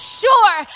sure